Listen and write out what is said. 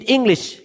English